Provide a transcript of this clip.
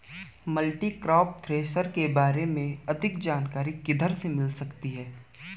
Multicrop thresher के बारे में अधिक जानकारी किधर से मिल सकती है?